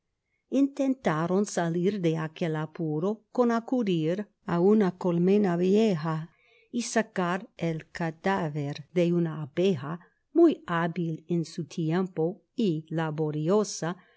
intentaron salir de aquel apuro con acudir a una colmena vieja y sacar el cadáver de una abeja muy hábil en su tiempo y laboriosa